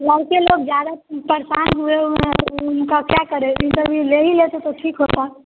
लड़के लोग ज़्यादा परेशान हुए हुए हैं उनका क्या करें इंटरव्यू ले ही लेते तो ठीक होता